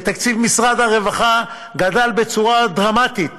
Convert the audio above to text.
ותקציב משרד הרווחה גדל בצורה דרמטית